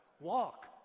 Walk